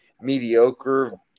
mediocre